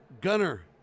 gunner